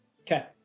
Okay